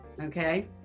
Okay